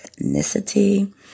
ethnicity